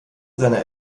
seiner